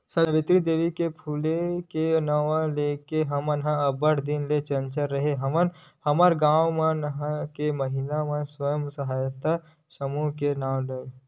सावित्री देवी फूले के नांव ल लेके हमन अब्बड़ दिन ले चलात रेहे हवन हमर मन के महिना स्व सहायता समूह के नांव ला